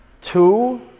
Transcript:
Two